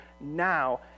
now